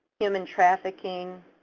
human trafficking,